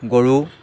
গৰু